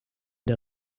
der